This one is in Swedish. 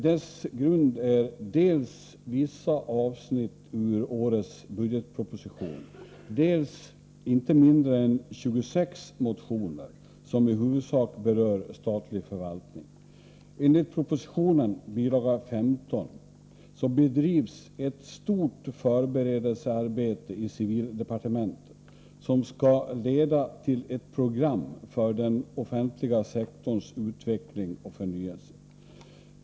Dess grund är dels vissa avsnitt ur årets budgetproposition, dels inte mindre än 26 motioner som i huvudsak berör statlig förvaltning. Enligt propositionen, bil. 15, bedrivs ett stort förberedelsearbete i civildepartementet, som skall leda till ett program för den offentliga sektorns utveckling och förnyelse.